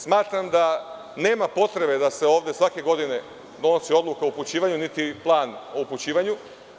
Smatram da nema potrebe da se svake godine donosi odluka o upućivanju, niti plan o upućivanju.